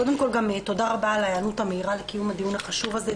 קודם כל גם תודה על ההיענות המהירה לקיום הדיון החשוב הזה.